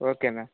okay ma'am